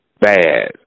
bad